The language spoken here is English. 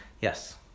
Yes